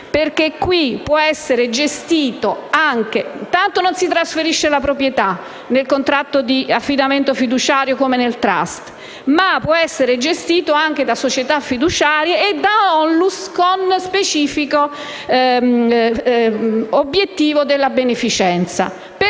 previsto possa essere gestito anche da società fiduciarie e da ONLUS con specifico obiettivo della beneficenza.